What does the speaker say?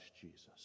Jesus